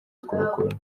twakora